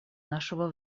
нашего